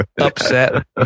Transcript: upset